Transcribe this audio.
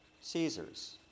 Caesar's